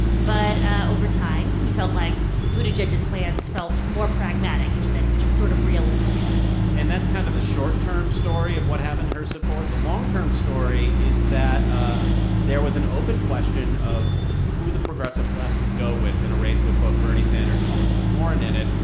but ah over time, he felt like buttigieg's plans felt more pragmatic and, he said, just sort of realistic and that's kind of the short-term story of what happened to her support. the long-term story is that ah there was an open question of who the progressive left would go with in a race with both bernie sanders and elizabeth warren in it.